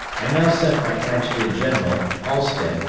i now sent my adjutant-general, halsted,